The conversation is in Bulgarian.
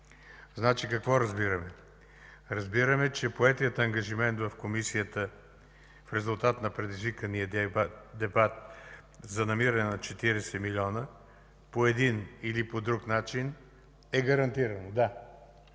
Какво разбираме? Разбираме, че поетият ангажимент в Комисията, в резултат на предизвикания дебат за намиране на 40 милиона, по един или по друг начин, е гарантирано.